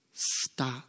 Stop